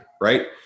Right